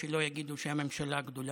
שלא יגידו שהממשלה גדולה.